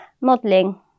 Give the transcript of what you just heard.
modelling